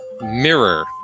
mirror